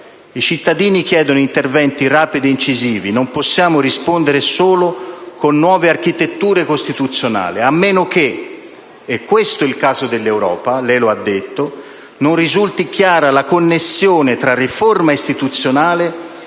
I cittadini chiedono interventi rapidi e incisivi, non possiamo rispondere solo con nuove architetture costituzionali, a meno che - e questo è il caso dell'Europa, lei lo ha detto - non risulti chiara la connessione tra riforma istituzionale